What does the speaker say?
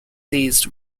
seized